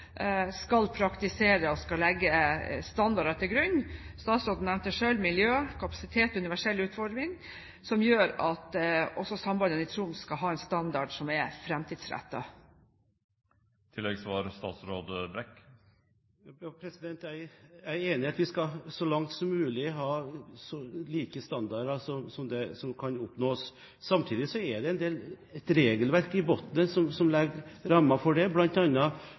skal praktisere og legge like standarder til grunn. Statsråden nevnte selv miljø, kapasitet og universell utforming, som gjør at også sambandene i Troms skal ha en standard som er framtidsrettet. Jeg er enig i at vi så langt som mulig skal ha like standarder. Samtidig er det et regelverk i bunnen som legger rammer for det, bl.a. overfartens lengde. Og det er det som har slått ut i denne behandlingen av sambandet Breivikeidet–Svensby. Det